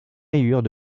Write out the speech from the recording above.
rayures